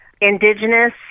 indigenous